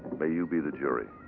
may you be the jury,